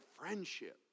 friendship